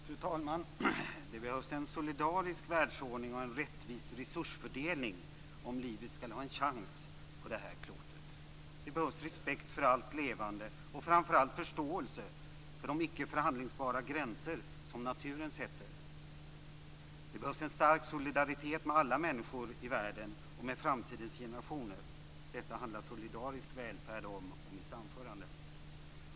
Fru talman! Det behövs en solidarisk världsordning och en rättvis resursfördelning om livet skall ha en chans på det här klotet. Det behövs respekt för allt levande och framför allt förståelse för de icke förhandlingsbara gränser som naturen sätter. Det behövs en stark solidaritet med alla människor i världen och med framtidens generationer. Detta handlar solidarisk välfärd och mitt anförande om.